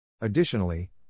Additionally